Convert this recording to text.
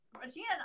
Regina